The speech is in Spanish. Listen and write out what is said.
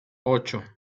ocho